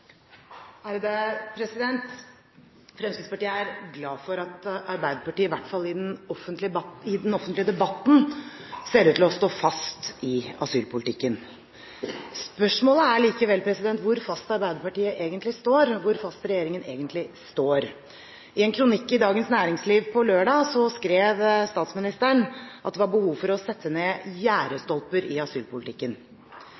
Fremskrittspartiet er glad for at Arbeiderpartiet, i hvert fall i den offentlige debatten, ser ut til å stå fast i asylpolitikken. Spørsmålet er likevel hvor fast Arbeiderpartiet egentlig står, og hvor fast regjeringen egentlig står. I en kronikk i Dagens Næringsliv på lørdag skrev statsministeren at det var behov for «å sette ned gjerdestolper» i asylpolitikken. Gjerdestolper er veldig bra, men det betinger faktisk at det er gjerde